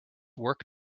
work